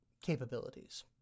capabilities